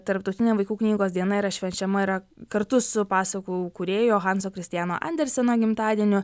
tarptautinė vaikų knygos diena yra švenčiama yra kartu su pasakų kūrėjo hanso kristiano anderseno gimtadieniu